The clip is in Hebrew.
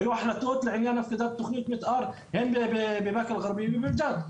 היו החלטות לגבי הפקדת תכנית מתאר הן בבקה אלגרבייה ובג'ת.